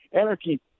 anarchy